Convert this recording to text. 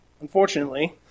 Unfortunately